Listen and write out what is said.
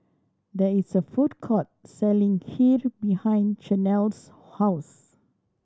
there is a food court selling Kheer behind Chanelle's house